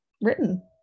written